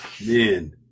Man